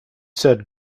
said